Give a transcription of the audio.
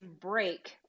break